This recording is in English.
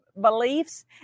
beliefs